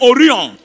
Orion